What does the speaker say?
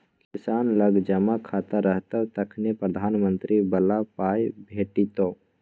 किसान लग जमा खाता रहतौ तखने प्रधानमंत्री बला पाय भेटितो